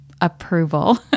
approval